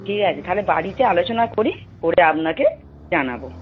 ঠিক আছে তাহলে বাড়িতে আলোচনা করি করে আপনাকে জানাবো